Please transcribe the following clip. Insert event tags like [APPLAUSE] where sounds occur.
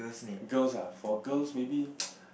girls ah for girls maybe [NOISE]